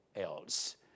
else